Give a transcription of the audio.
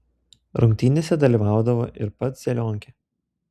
rungtynėse dalyvaudavo ir pats zelionkė